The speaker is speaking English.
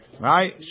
right